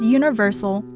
universal